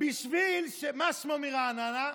בשביל שמה-שמו מרעננה,